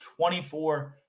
24